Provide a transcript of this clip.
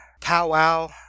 powwow